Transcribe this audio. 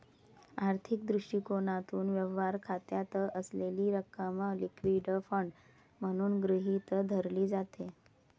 आर्थिक दृष्टिकोनातून, व्यवहार खात्यात असलेली रक्कम लिक्विड फंड म्हणून गृहीत धरली जाते